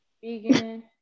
Vegan